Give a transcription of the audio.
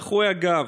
מאחורי הגב.